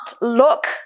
look